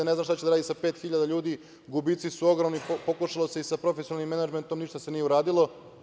Ne zna šta će da radi sa 5.000 ljudi, gubici su ogromni, pokušalo se i sa profesionalnim menadžmentom, ništa se nije uradilo.